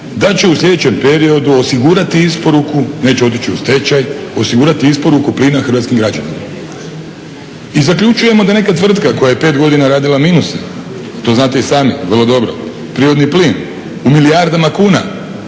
da će u sljedećem periodu osigurati isporuku, neće otići u stečaj, osigurati isporuku plina hrvatskim građanima. I zaključujemo da neka tvrtka koja je 5 godina radila minuse, to znate i sami, vrlo dobro, prirodni plin u milijardama kuna